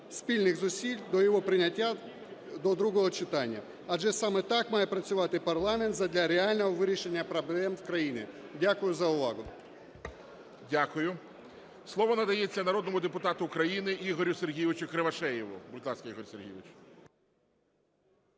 спільних зусиль до його прийняття до другого читання. Адже саме так має працювати парламент задля реального вирішення проблем в країні. Дякую за увагу. ГОЛОВУЮЧИЙ. Дякую. Слово надається народному депутату Ігорю Сергійовичу Кривошеєву. Будь ласка, Ігорю Сергійовичу.